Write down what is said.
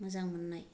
मोजां मोननाय